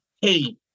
hey